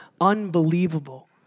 unbelievable